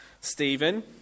Stephen